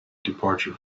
departure